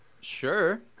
Sure